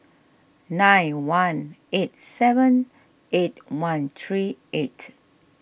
nine one eight seven eight one three eight